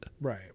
Right